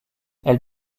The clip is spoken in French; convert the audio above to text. elle